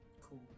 Cool